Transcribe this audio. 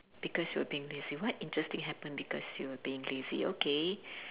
because you were being lazy what interesting happen because you were being lazy okay